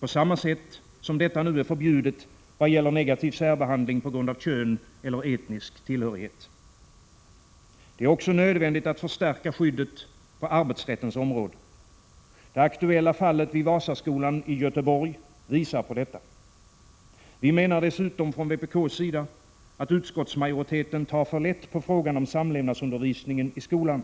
på samma sätt som detta nu är förbjudet vad gäller negativ särbehandling på grund av kön och etnisk tillhörighet. Det är också nödvändigt att förstärka skyddet på arbetsrättens område. Det aktuella fallet vid Vasaskolan i Göteborg visar på detta. Vi från vpk menar dessutom, att utskottsmajoriteten tar för lätt på frågan om samlevnadsundervisningen i skolan.